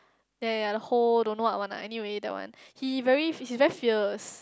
there are a hall don't know what one ah anyway that one he very he's very fierce